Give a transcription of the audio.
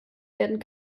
werden